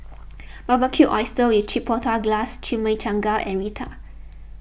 Barbecued Oysters with Chipotle Glaze Chimichangas and Raita